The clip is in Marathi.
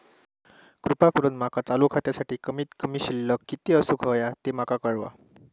कृपा करून माका चालू खात्यासाठी कमित कमी शिल्लक किती असूक होया ते माका कळवा